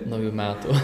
naujų metų